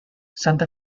santa